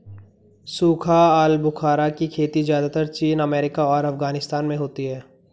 सूखा आलूबुखारा की खेती ज़्यादातर चीन अमेरिका और अफगानिस्तान में होती है